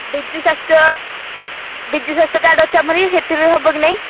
ବିଜୁ ସ୍ୱାସ୍ଥ୍ୟ ବିଜୁ ସ୍ଵାସ୍ଥ୍ୟ କାର୍ଡ୍ ଅଛି ଆମରି ସେଥିରେ ହେବ କି ନାହିଁ